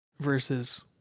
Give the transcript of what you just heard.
versus